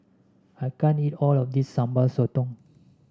I can't eat all of this Sambal Sotong